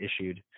issued